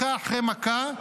מכה אחרי מכה,